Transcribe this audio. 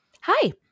Hi